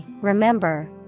remember